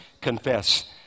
confess